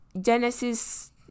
Genesis